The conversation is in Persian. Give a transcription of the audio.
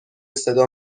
صدا